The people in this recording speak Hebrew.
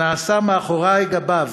שנעשה מאחורי גבם